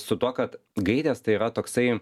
su tuo kad gairės tai yra toksai